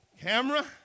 camera